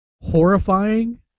horrifying